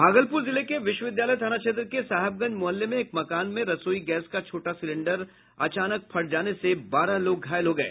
भागलपुर जिले के विश्वविद्यालय थाना क्षेत्र के साहेबगंज मुहल्ले में एक मकान में रसोई गैस का छोटा सिलेंडर के अचानक फट जाने से बारह लोग घायल हो गये